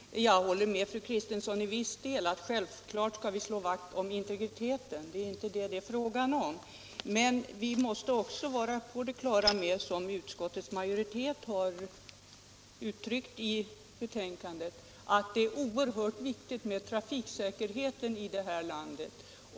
Herr talman! Jag håller med fru Kristensson om att vi självfallet skall slå vakt om integriteten, men det är inte detta det är fråga om. Vi måste också vara på det klara med, som utskottsmajoriteten har uttryckt det i betänkandet, att det är oerhört viktigt med trafiksäkerheten här i landet.